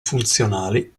funzionali